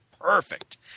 perfect